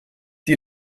die